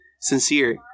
sincere